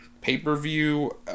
pay-per-view